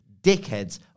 dickheads